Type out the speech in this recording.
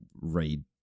read